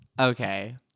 Okay